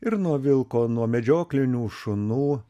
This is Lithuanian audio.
ir nuo vilko nuo medžioklinių šunų